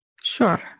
Sure